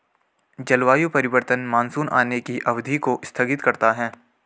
जलवायु परिवर्तन मानसून आने की अवधि को स्थगित करता है